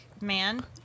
man